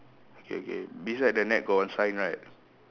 okay okay beside the net got one sign right